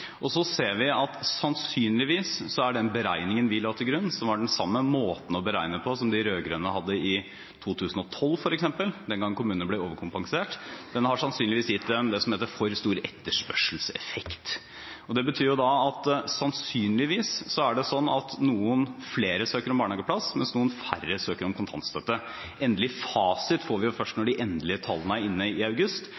Så ser vi at den beregningen vi la til grunn – som var den samme måten å beregne på som de rød-grønne hadde i 2012, f.eks., den gangen kommunene ble overkompensert – sannsynligvis har gitt det som heter for stor etterspørselseffekt. Det betyr at sannsynligvis er det sånn at noen flere søker om barnehageplass, mens noen færre søker om kontantstøtte. Endelig fasit får vi først